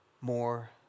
more